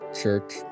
Church